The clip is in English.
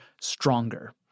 stronger